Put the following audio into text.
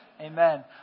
Amen